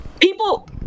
people